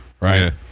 Right